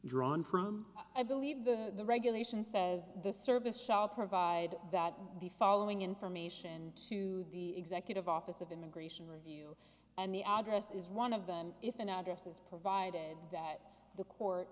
drawn from i believe the regulation says the service shall provide that the following information to the executive office of immigration review and the oddest is one of them if an address is provided that the court